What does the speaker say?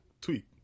tweet